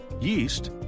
yeast